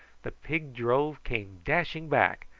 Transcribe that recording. the pig drove came dashing back,